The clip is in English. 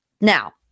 Now